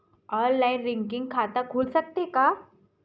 Online recurring खाता खुल सकथे का?